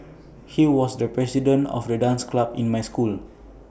he was the president of the dance club in my school